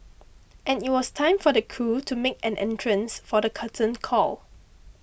and it was time for the crew to make an entrance for the curtain call